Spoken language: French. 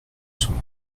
sont